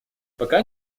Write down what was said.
пока